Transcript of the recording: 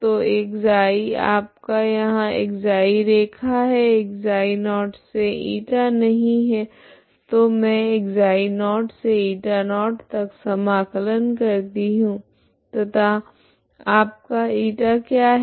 तो ξ आपका यहाँ ξ रैखा है ξ0 से η नहीं है तो मैं ξ0 से η0 तक समाकलन करती हूँ तथा आपका η क्या है